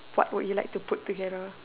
what would you like to put together